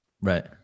right